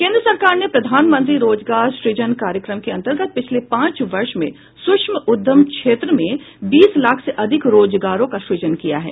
केन्द्र सरकार ने प्रधानमंत्री रोजगार सृजन कार्यक्रम के अंतर्गत पिछले पांच वर्ष में सूक्ष्म उद्यम क्षेत्र में बीस लाख से अधिक रोजगारों का सूजन किया है